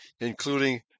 including